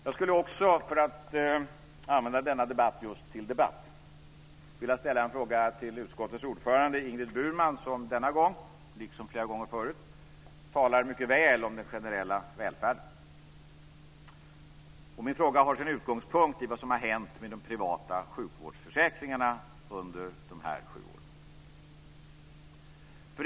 Jag skulle också, för att använda denna debatt just till debatt, vilja ställa en fråga till utskottets ordförande Ingrid Burman, som denna gång, liksom flera gånger förut, talar mycket väl om den generella välfärden. Min fråga har sin utgångspunkt i vad som har hänt med de privata sjukvårdsförsäkringarna under de här sju åren.